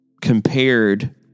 compared